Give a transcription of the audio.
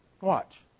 Watch